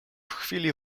chwili